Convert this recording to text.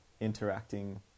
interacting